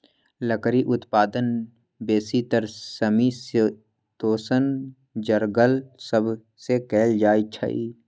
लकड़ी उत्पादन बेसीतर समशीतोष्ण जङगल सभ से कएल जाइ छइ